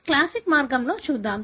classic మార్గంలో చూద్దాం